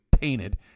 painted